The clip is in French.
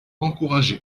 encouragé